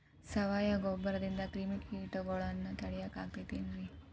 ಸಾವಯವ ಗೊಬ್ಬರದಿಂದ ಕ್ರಿಮಿಕೇಟಗೊಳ್ನ ತಡಿಯಾಕ ಆಕ್ಕೆತಿ ರೇ?